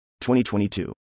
2022